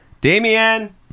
Damien